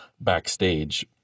backstage